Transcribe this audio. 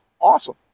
awesome